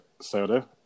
Soda